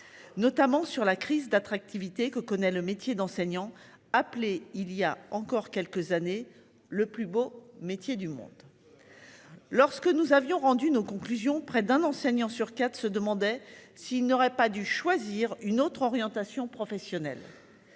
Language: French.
Notamment sur la crise d'attractivité que connaît le métier d'enseignant appelé il y a encore quelques années. Le plus beau métier du monde. Lorsque nous avions rendu nos conclusions près d'un enseignant sur quatre se demandait s'il n'aurait pas dû choisir une autre orientation professionnelle.